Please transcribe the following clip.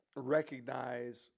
recognize